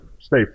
stay